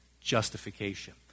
justification